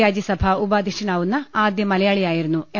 രാജ്യസഭാ ഉപാധ്യക്ഷനാവുന്ന ആദ്യ മലയാളിയായിരുന്നു എം